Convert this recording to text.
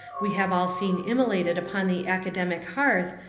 we have all seen immolated upon the academic hearth,